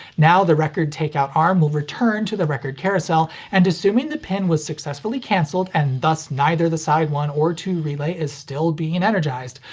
now the record take-out arm will return to the record carousel, and assuming the pin was successfully cancelled and thus neither the side one or two relay is still being and energized,